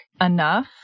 enough